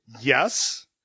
yes